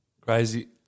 Crazy